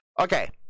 Okay